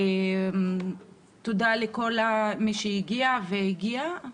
תודה לכל מי שהגיעה והגיע,